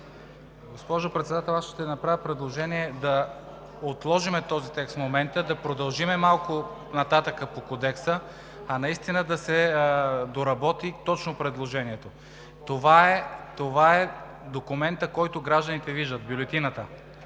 Госпожо Председател, аз ще направя предложение да отложим този текст в момента, да продължим малко нататък по Кодекса, а да се доработи точно предложението. Това е документът, който гражданите виждат – бюлетината.